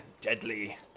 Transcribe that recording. Deadly